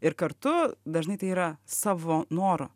ir kartu dažnai tai yra savo noru